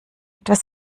etwas